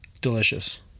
Delicious